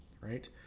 Right